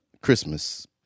Christmas